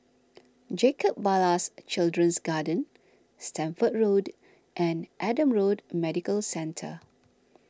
Jacob Ballas Children's Garden Stamford Road and Adam Road Medical Centre